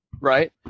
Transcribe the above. right